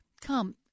Come